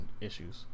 issues